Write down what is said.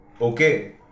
Okay